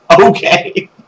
Okay